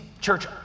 church